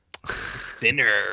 thinner